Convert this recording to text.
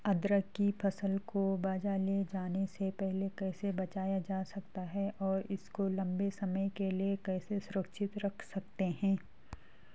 अदरक की फसल को बाज़ार ले जाने से पहले कैसे बचाया जा सकता है और इसको लंबे समय के लिए कैसे सुरक्षित रख सकते हैं?